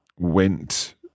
went